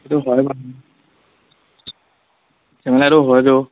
সেইটো তেনেহ'লে এইটো হৈ যাব